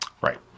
Right